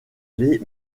lait